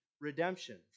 redemption